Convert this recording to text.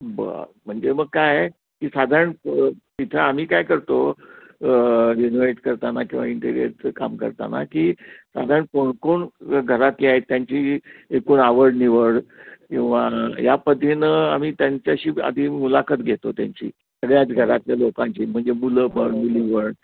बरं म्हणजे मग काय आहे की साधारण तिथं आम्ही काय करतो रिनोवेट करताना किंवा इंटिरिअरचं काम करताना की साधारण कोण कोण घरातली आहेत त्यांची एकूण आवडनिवड किंवा या पद्धतीनं आम्ही त्यांच्याशी आधी मुलाखत घेतो त्यांची सगळ्याच घरातल्या लोकांची म्हणजे मुलं पड मुवळ